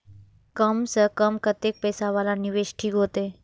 कम से कम कतेक पैसा वाला निवेश ठीक होते?